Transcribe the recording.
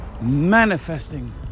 manifesting